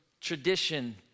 tradition